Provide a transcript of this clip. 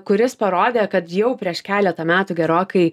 kuris parodė kad jau prieš keletą metų gerokai